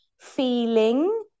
feeling